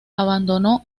abandonó